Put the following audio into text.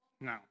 No